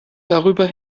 darüber